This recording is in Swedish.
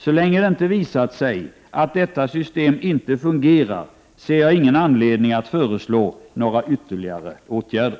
Så länge det inte visat sig att detta system inte fungerar ser jag ingen anledning att föreslå några ytterligare åtgärder.